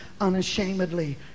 unashamedly